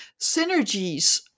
synergies